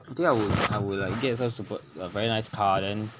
I think I would I would like get some super a very nice car then